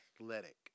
athletic